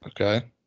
Okay